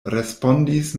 respondis